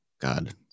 God